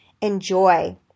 enjoy